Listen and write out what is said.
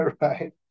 Right